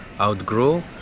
Outgrow